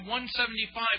175